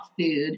food